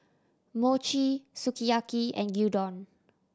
Mochi Sukiyaki and Gyudon